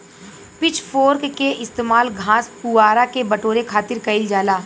pitch fork के इस्तेमाल घास, पुआरा के बटोरे खातिर कईल जाला